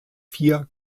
vier